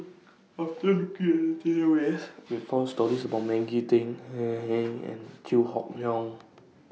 after At The Database We found stories about Maggie Teng and Chew Hock Leong